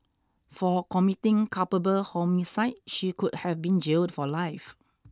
for committing culpable homicide she could have been jailed for life